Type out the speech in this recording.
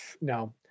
No